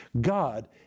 God